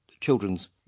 children's